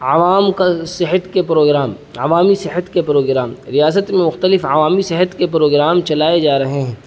عوام کا صحت کے پروگرام عوامی صحت کے پروگرام ریاست میں مختلف عوامی صحت کے پروگرام چلائے جا رہے ہیں